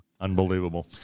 Unbelievable